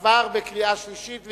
17 בעד, אין מתנגדים, אין נמנעים.